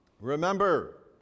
remember